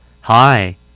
Hi